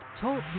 Talk